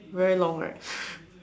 very long right